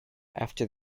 after